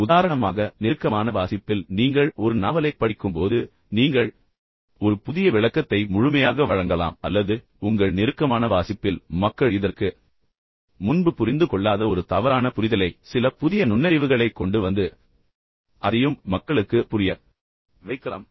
உதாரணமாக நெருக்கமான வாசிப்பில் நீங்கள் ஒரு நாவலைப் படிக்கும்போது நீங்கள் ஒரு புதிய விளக்கத்தை முழுமையாக வழங்கலாம் அல்லது உங்கள் நெருக்கமான வாசிப்பில் மக்கள் இதற்கு முன்பு புரிந்து கொள்ளாத ஒரு தவறான புரிதலை நீங்கள் சில புதிய நுண்ணறிவுகளை கொண்டு வந்து அதையும் மக்களுக்கு புரிய வைக்கலாம்